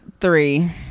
Three